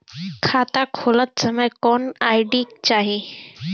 खाता खोलत समय कौन आई.डी चाही?